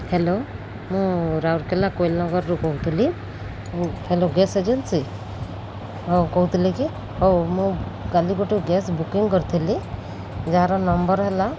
hello ମୁଁ ରାଉରକେଲା କୋଇଲନଗରରୁ କହୁଥିଲି ହ୍ୟାଲୋ ଗ୍ୟାସ୍ ଏଜେନ୍ସି ହଉ କହୁଥିଲେ କି ହଉ ମୁଁ କାଲି ଗୋଟେ ଗ୍ୟାସ୍ ବୁକିଂ କରିଥିଲି ଯାହାର ନମ୍ବର୍ ହେଲା